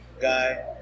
guy